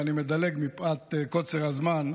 ואני מדלג מפאת קוצר הזמן.